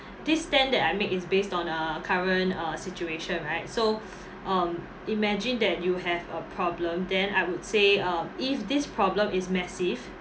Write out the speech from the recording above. this stand that I make is based on a current uh situation right so um imagine that you have a problem then I would say um if this problem is massive